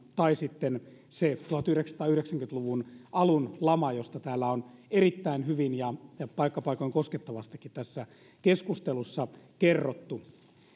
tai sitten se tuhatyhdeksänsataayhdeksänkymmentä luvun alun lama josta täällä on erittäin hyvin ja paikka paikoin koskettavastikin tässä keskustelussa kerrottu